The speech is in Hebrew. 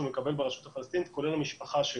מקבל ברשות הפלסטינית כולל המשפחה שלו.